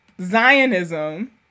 zionism